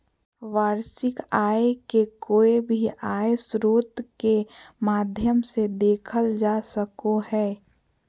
वार्षिक आय के कोय भी आय स्रोत के माध्यम से देखल जा सको हय